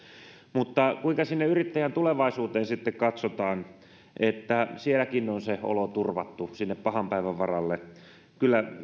mutta kuinka sinne yrittäjän tulevaisuuteen sitten katsotaan että sielläkin on se olo turvattu pahan päivän varalle kyllä